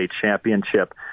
Championship